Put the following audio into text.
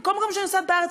לכל מקום שאני נוסעת בארץ,